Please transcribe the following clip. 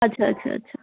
আচ্ছা আচ্ছা আচ্ছা